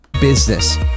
Business